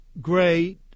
great